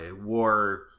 war